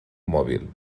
mòbil